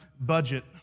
budget